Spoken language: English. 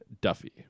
Duffy